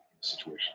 situation